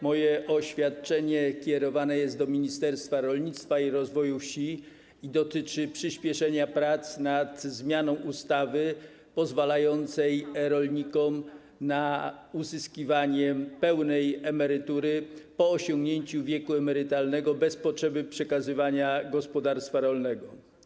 Moje oświadczenie kierowane jest do Ministerstwa Rolnictwa i Rozwoju Wsi i dotyczy przyspieszenia prac nad zmianą ustawy pozwalającej rolnikom na uzyskiwanie pełnej emerytury po osiągnięciu wieku emerytalnego bez potrzeby przekazywania gospodarstwa rolnego.